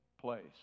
place